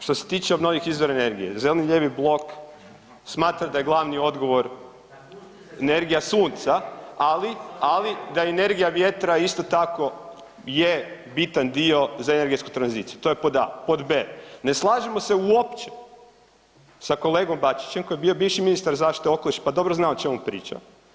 Što se tiče obnovljivih izvora energije, zeleno-lijevi blok smatra da je glavni odgovor energija sunca, ali, ali da i energija vjetra je isto tako je bitan dio za energetsku tranziciju, to je pod a. Pod b, ne slažemo se uopće sa kolegom Bačićem koji je bio bivši ministar zaštite okoliša, pa dobro zna o čemu priča.